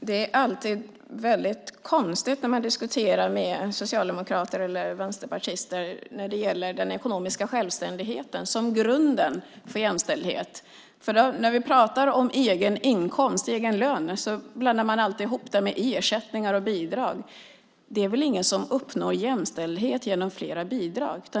Herr talman! Det blir alltid konstigt när man med socialdemokrater eller vänsterpartister diskuterar den ekonomiska självständigheten som grunden för jämställdhet. När vi pratar om egen inkomst, alltså egen lön, blandar de alltid ihop det med ersättningar och bidrag. Det är väl ingen som uppnår jämställdhet genom flera bidrag!